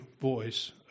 voice